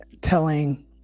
telling